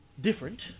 different